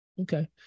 okay